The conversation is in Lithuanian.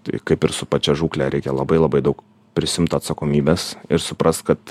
tai kaip ir su pačia žūkle reikia labai labai daug prisiimt atsakomybės ir suprast kad